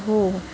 हो हो